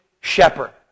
shepherd